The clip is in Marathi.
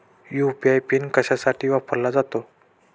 यू.पी.आय पिन कशासाठी वापरला जातो?